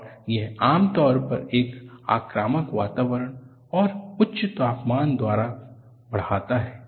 और यह आमतौर पर एक आक्रामक वातावरण और उच्च तापमान द्वारा बढ़ाता है